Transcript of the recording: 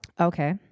Okay